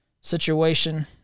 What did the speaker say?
situation